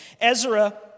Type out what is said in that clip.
Ezra